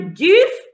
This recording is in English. give